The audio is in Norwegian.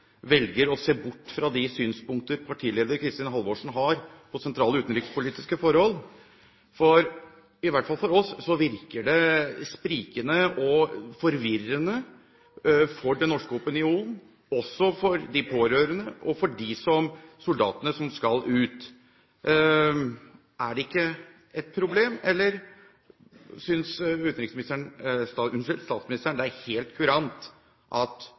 velger å se bort fra de synspunkter partileder Kristin Halvorsen har på sentrale utenrikspolitiske forhold, for i hvert fall for oss virker det sprikende og forvirrende for den norske opinionen, også for de pårørende og for de soldatene som skal ut. Er det ikke et problem – eller synes statsministeren det er helt kurant at